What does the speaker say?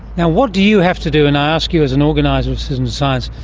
now, what do you have to do, and i ask you as an organiser of citizen science,